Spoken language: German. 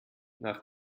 nach